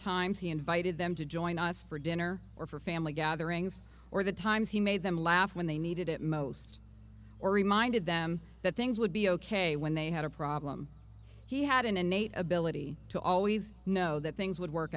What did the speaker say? times he invited them to join us for dinner or for family gatherings or the times he made them laugh when they needed it most or reminded them that things would be ok when they had a problem he had an innate ability to always know that things would work